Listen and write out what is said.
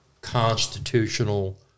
constitutional